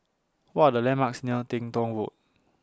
What Are The landmarks near Teng Tong Road